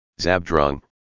Zabdrung